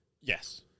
Yes